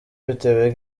bitewe